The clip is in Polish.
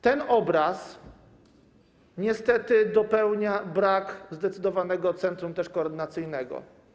Tego obrazu niestety dopełnia brak zdecydowanego centrum koordynacyjnego.